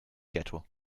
ghetto